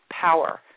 power